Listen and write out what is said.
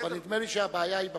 נדמה לי שהבעיה היא בפיקוח.